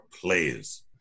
players